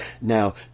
now